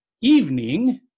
evening